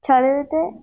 చదివితే